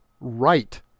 right